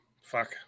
Fuck